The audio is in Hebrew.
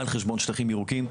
על חשבון שטחים ירוקים,